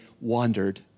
wandered